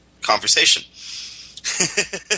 conversation